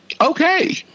okay